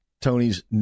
Tony's